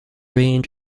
range